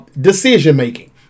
decision-making